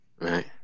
Right